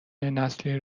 نسلی